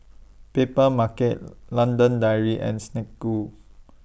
Papermarket London Dairy and Snek Ku